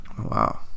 Wow